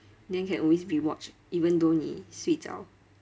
then you can always rewatch even though 你睡着